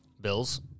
Bill's